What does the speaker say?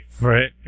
Right